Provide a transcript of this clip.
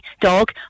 dog